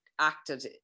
acted